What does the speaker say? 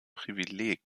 privileg